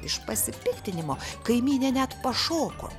iš pasipiktinimo kaimynė net pašoko